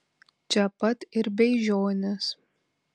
čia pat ir beižionys